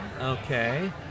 Okay